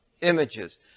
images